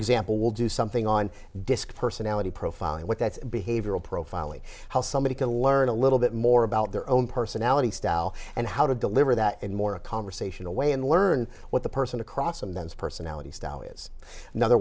example will do something on disc personality profile and what that's behavioral profiling how somebody can learn a little bit more about their own personality style and how to deliver that in more a conversational way and learn what the person across a men's personality style is another